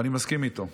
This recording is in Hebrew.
ואני מסכים איתו,